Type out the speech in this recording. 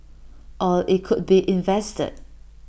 or IT could be invested